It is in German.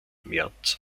merz